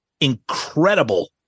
incredible